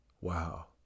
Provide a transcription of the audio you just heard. Wow